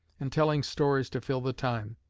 and telling stories to fill the time.